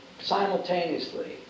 simultaneously